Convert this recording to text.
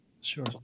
Sure